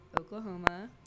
Oklahoma